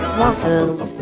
waffles